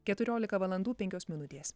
keturiolika valandų penkios minutės